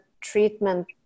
treatment